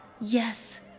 Yes